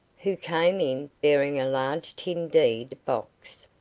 who came in bearing a large tin deed box.